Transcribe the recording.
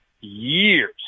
years